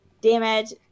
Damage